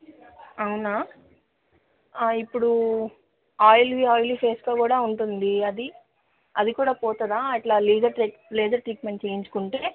అవునా ఇప్పుడు ఆయిల్వి ఆయిలీ ఫేస్గా కూడా ఉంటుంది అది అది కూడా పోతుందా అలా లిజర్ లేజర్ ట్రీట్మెంట్ చెయ్యించుకుంటే